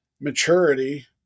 maturity